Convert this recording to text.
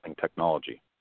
technology